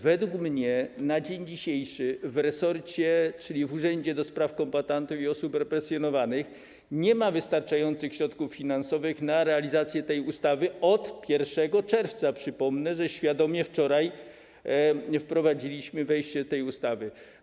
Według mnie na dzień dzisiejszy w resorcie, czyli w Urzędzie do Spraw Kombatantów i Osób Represjonowanych, nie ma wystarczających środków finansowych na realizację tej ustawy od 1 czerwca - przypomnę, że wczoraj świadomie to wprowadziliśmy, jeśli chodzi o wejście tej ustawy.